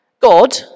God